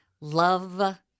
love